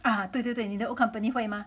啊对对对你的 old company 会吗